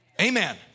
Amen